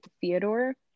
Theodore